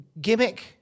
gimmick